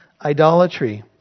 Idolatry